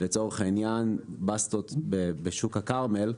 לצורך העניין, בסטות בשוק הכרמל,